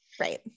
right